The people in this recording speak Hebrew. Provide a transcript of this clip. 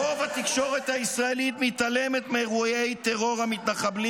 תודה, תודה.